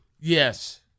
Yes